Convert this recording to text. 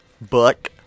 Book